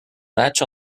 latch